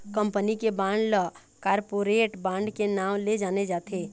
company के bond ल corporate bond के नांव ले जाने जाथे